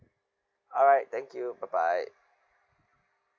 alright thank you bye bye